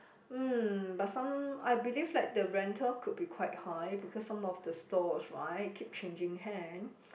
mm but some I believe like the rental could be quite high because some of the stalls right keep changing hand